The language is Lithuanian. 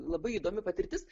labai įdomi patirtis